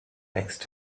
next